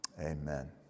Amen